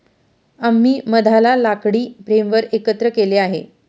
आम्ही मधाला लाकडी फ्रेमवर एकत्र केले आहे